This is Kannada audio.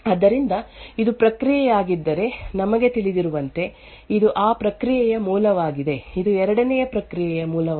ಆದ್ದರಿಂದ ಇದು ಪ್ರಕ್ರಿಯೆಯಾಗಿದ್ದರೆ ನಮಗೆ ತಿಳಿದಿರುವಂತೆ ಇದು ಆ ಪ್ರಕ್ರಿಯೆಯ ಮೂಲವಾಗಿದೆ ಇದು 2 ನೇ ಪ್ರಕ್ರಿಯೆಯ ಮೂಲವಾಗಿದೆ ಮತ್ತು ಹೀಗೆ ಎಲ್ಲಾ ಪ್ರಕ್ರಿಯೆಗಳು ಇನಿಟ್ ಪ್ರಕ್ರಿಯೆಗೆ ಹಿಂತಿರುಗುತ್ತವೆ